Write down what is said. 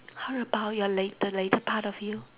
how about your later later part of you